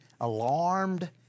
alarmed